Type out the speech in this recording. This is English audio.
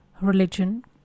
religion